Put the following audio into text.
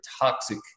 toxic